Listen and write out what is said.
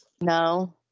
No